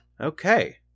Okay